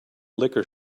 liquor